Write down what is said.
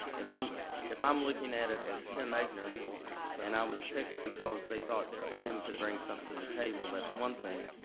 if i'm if i'm looking at it as tim egnor and i was picked, because they thought tim could bring something to the table, that's one thing.